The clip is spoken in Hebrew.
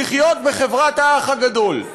לחיות בחברת האח הגדול,